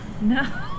No